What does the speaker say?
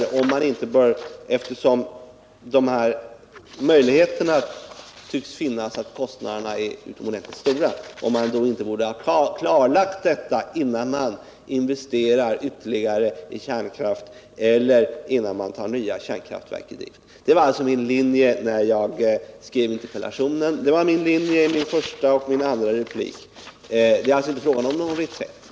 Eftersom kostnaderna tycks vara utomordentligt stora frågar jag om man inte borde ha klarlagt detta innan ytterligare investeringar görs i kärnkraften och innan man tar nya kärnkraftverk i drift. Detta var alltså min linje när jag skrev min interpellation, och det var också min linje i min första och min andra replik. Det är alltså inte fråga om något annat.